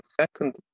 second